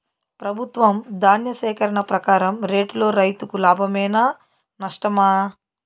ప్రభుత్వం ధాన్య సేకరణ ప్రకారం రేటులో రైతుకు లాభమేనా నష్టమా?